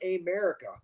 America